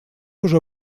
уже